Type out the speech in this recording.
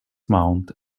mount